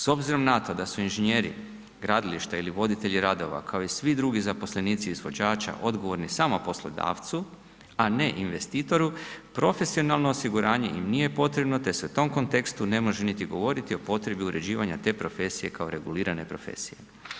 S obzirom na to da su inženjeri gradilišta ili voditelji radova kao i svi drugi zaposlenici izvođača odgovorni samo poslodavcu, a ne investitoru, profesionalno osiguranje im nije potrebno, te se u tom kontekstu ne može niti govoriti o potrebi uređivanja te profesije kao regulirane profesije.